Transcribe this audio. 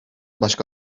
başka